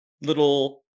little